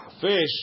fish